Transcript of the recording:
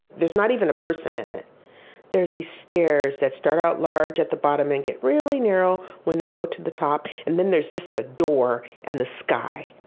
there's not even a person in it there's these stairs that start out large at the bottom and get really narrow when they go to the top. and then there's just a door and the sky.